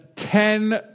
Ten